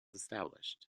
established